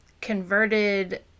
converted